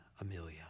Amelia